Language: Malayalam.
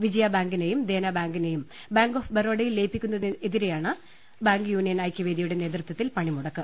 വിജയബാങ്കിനെയും ദേനബാങ്കിനെയും ബാങ്ക് ഓഫ് ബറോഡയിൽ ലയിപ്പിക്കുന്നതിനെതിരായാണ് ബാങ്ക് യൂണിയൻ ഐക്യവേദിയുടെ നേതൃത്വത്തിൽ പണിമുടക്ക്